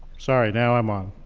sorry, now i'm on.